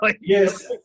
yes